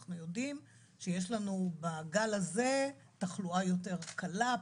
אנחנו יודעים שיש לנו בגל הזה תחלואה יותר קלה,